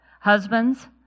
Husbands